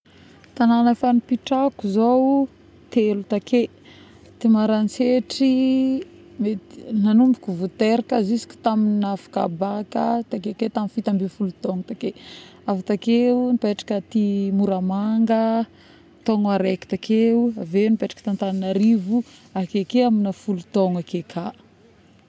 Tanagna efa nipetrahako zao telo take ta Maroantsetra nagnomboky vôteraka ziska tamigny nahafaka bacc, takeke tamign'ny fito ambignifolo taogno teo, avy takeo nipetraka aty Moramanga taogno araiky, takeo aveo nipetraka ta t'Antaninarivo akeke amin'ny folo taogno ake ka